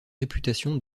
réputation